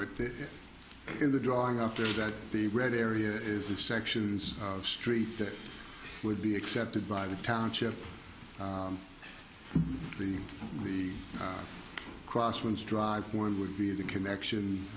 it in the drawing up there that the red area is the sections of street that would be accepted by the township the the cross winds drive one would be the connection